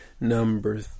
Number